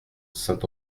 saint